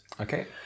Okay